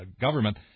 government